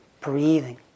breathing